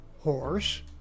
Horse